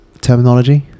terminology